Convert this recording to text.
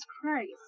Christ